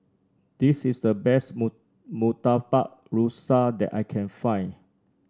this is the best Murtabak Rusa that I can find